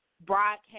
broadcast